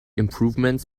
improvements